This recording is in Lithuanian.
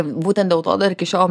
būtent dėl to dar iki šiol